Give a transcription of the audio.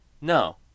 no